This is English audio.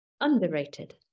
Underrated